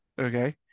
Okay